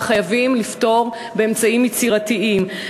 וחייבים לפתור זאת באמצעים יצירתיים.